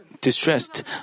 distressed